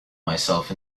myself